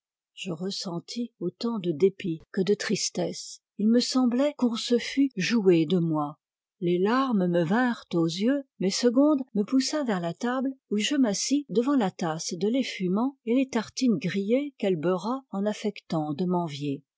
je ressentis autant de dépit que de tristesse il me semblait qu'on se fût joué de moi les larmes me vinrent aux yeux mais segonde me poussa vers la table où je m'assis devant la tasse de lait fumant et les tartines grillées qu'elle beurra en affectant de m'envier